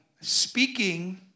speaking